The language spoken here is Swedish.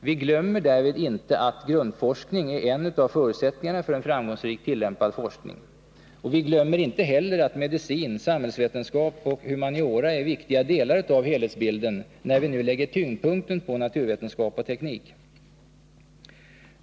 Vi glömmer därvid inte att grundforskning är en av förutsättningarna för en framgångsrik tillämpad forskning. Vi glömmer inte heller att medicin, samhällsvetenskap och humaniora är viktiga delar av helhetsbilden, när vi nu lägger tyngdpunkten på naturvetenskap och teknik.